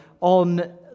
on